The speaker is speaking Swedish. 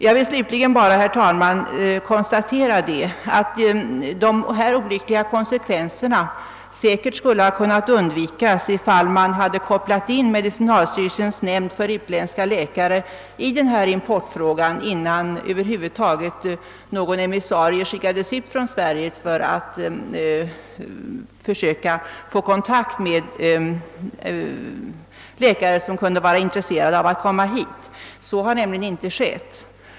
Jag vill slutligen konstatera, herr talman, att de olyckliga konsekvenserna säkerligen skulle ha kunnat undvikas, ifall man i importfrågan kopplat in medicinalstyrelsens nämnd för utländska läkare innan någon emissarie över huvud taget skickades ut från Sverige för att få kontakt med de läkare som kunde tänkas vara intresserade av att komma hit. Så har nämligen inte skett.